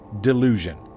delusion